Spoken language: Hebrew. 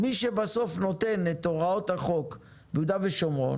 מי שבסוף נותן את הוראות חוק יהודה ושומרון,